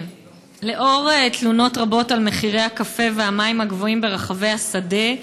לנוכח תלונות רבות על מחירי הקפה והמים הגבוהים ברחבי השדה,